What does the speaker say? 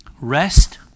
Rest